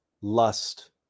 lust